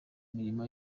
imirimo